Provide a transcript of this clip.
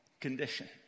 condition